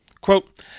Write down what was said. Quote